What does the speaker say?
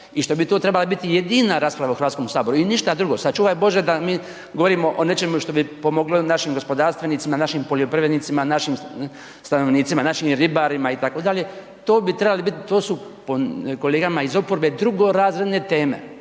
i što bi to trebala biti jedina rasprava u Hrvatskom saboru i ništa drugu, sačuvaj Bože da mi govorimo o nečemu što bi pomoglo našim gospodarstvenicima, našim poljoprivrednicima, našim stanovnicima, našim ribarima itd., to bi treba biti, to su po kolegama iz oporbe drugorazredne teme.